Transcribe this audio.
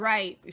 Right